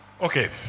Okay